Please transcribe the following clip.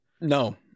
No